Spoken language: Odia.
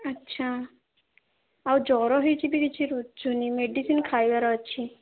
ଆଚ୍ଛା ଆଉ ଜ୍ୱର ହେଇଛି ବି କିଛି ରୁଚୁନି ମେଡ଼ିସିନ୍ ଖାଇବାର ଅଛି